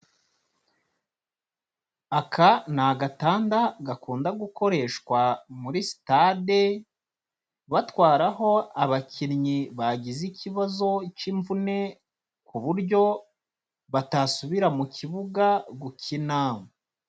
Aka ni agatanda gakunda gukoreshwa muri sitade, batwaraho abakinnyi bagize ikibazo k'imvune ku buryo batasubira mu kibuga gukina.